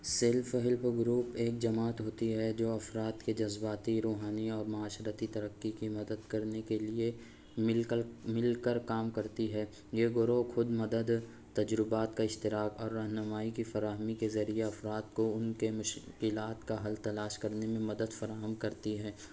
self help group ایک جماعت ہوتی ہے جو افراد کے جذباتی روحانی اور معاشرتی ترقی کی مدد کرنے کے لیے مل کل مل کر کام کرتی ہے یہ گروہ خود مدد تجربات کا اشتراک اور رہنمائی کی فراہمی کے ذریعہ افراد کو ان کے مشکلات کا حل تلاش کرنے میں مدد فراہم کرتی ہے